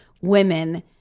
women